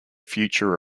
future